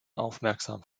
aufmerksam